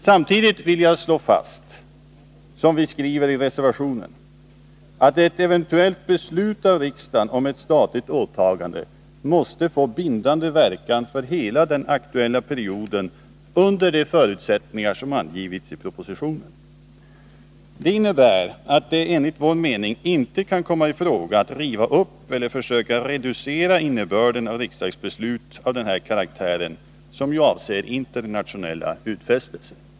Samtidigt vill jag slå fast, som vi skriver i reservationen, att ett eventuellt beslut av riksdagen om ett statligt åtagande måste få bindande verkan för hela den aktuella perioden under de förutsättningar som angivits i propositionen. Det innebär att det enligt vår mening inte kan bli fråga om att terspel i Sverige år 1988 driva upp eller att försöka reducera riksdagsbeslut av denna karaktär, vilka ju avser internationella utfästelser.